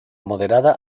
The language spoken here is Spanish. moderada